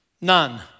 None